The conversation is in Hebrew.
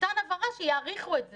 ניתנה הבהרה שיאריכו את זה.